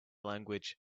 language